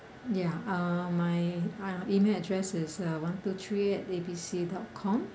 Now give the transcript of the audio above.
ya uh my uh email address is uh one two three A B C dot com